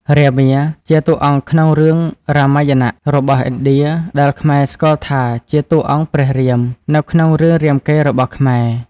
រាមា ជាតួអង្គក្នុងរឿងរាមយណៈរបស់ឥណ្ឌា ដែលខ្មែរស្គាល់ថាជាតួអង្គព្រះរាម នៅក្នុងរឿងរាមកេរ្តិ៍របស់ខ្មែរ។